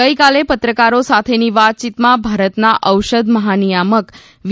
ગઈકાલે પત્રકારો સાથેની વાતચીતમાં ભારતના ઔષધ મહાનિયામક વી